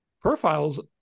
profiles